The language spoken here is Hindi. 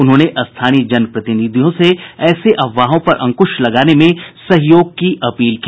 उन्होंने स्थानीय जनप्रतिनिधियों से ऐसे अफवाहों पर अंकुश लगाने में सहयोग की अपील की